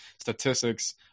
statistics